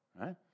right